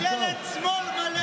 ממשלת שמאל מלא.